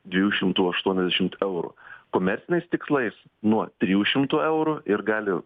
dviejų šimtų aštuoniasdešimt eurų komerciniais tikslais nuo trijų šimtų eurų ir gali